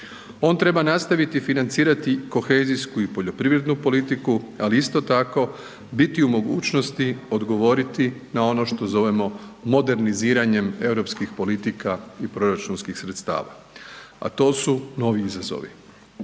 On treba nastaviti financirati kohezijsku i poljoprivrednu politiku, ali isto tako, biti u mogućnosti odgovoriti na ono što zovemo moderniziranjem europskih politika i proračunskih sredstava, a to su novi izazovi.